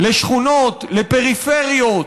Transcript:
שכונות, פריפריות,